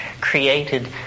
created